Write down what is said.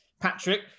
Patrick